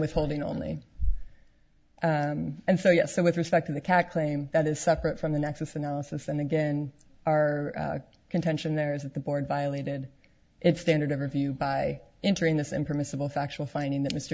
withholding only and so yes so with respect to the cat claim that is separate from the nexus analysis and again our contention there is that the board violated its standard of review by entering this impermissible factual finding that mr